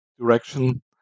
direction